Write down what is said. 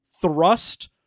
thrust